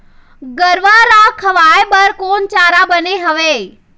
गरवा रा खवाए बर कोन चारा बने हावे?